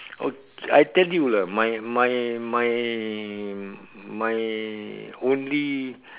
I I tell you lah my my my my only